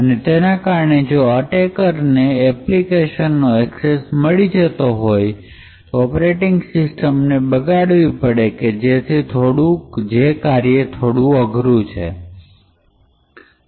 અને તેના કારણે જો એટેકર ને એપ્લિકેશનનો એક્સેસ જોતો હોય તો તેને ઓપરેટિંગ સિસ્ટમ ને બગાડવી પડે જે થોડું અઘરું કાર્ય છે